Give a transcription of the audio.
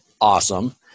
awesome